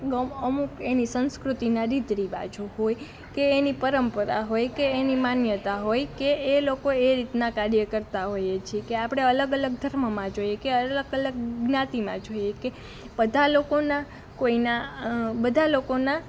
અમુક એની સંસ્કૃતિના રીત રિવાજો હોય કે એની પરંપરા હોય કે એની માન્યતા હોય કે એ લોકો એ રીતના કાર્ય કરતાં હોય છે કે આપણે અલગ અલગ ધર્મમાં જોઈએ કે અલગ અલગ જ્ઞાતિમાં જોઈએ કે બધાં લોકોના કોઈના બધા લોકોના